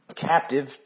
captive